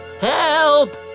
Help